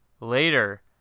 later